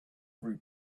every